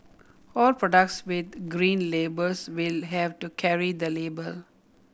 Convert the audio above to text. all products with Green Labels will have to carry the label